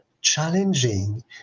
challenging